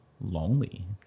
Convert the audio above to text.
lonely